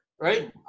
right